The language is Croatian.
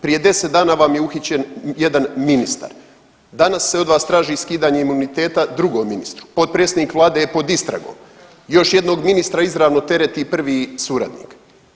Prije 10 dana vam je uhićen jedan ministar, danas se od vas traži skidanje imuniteta drugom ministru, potpredsjednik Vlade je pod istragom, još jednog ministra izravno tereti prvi suradnik.